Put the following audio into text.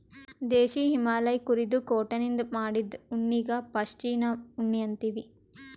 ದೇಶೀ ಹಿಮಾಲಯ್ ಕುರಿದು ಕೋಟನಿಂದ್ ಮಾಡಿದ್ದು ಉಣ್ಣಿಗಾ ಪಶ್ಮಿನಾ ಉಣ್ಣಿ ಅಂತೀವಿ